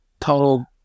total